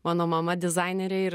mano mama dizainerė ir